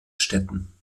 städten